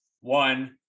one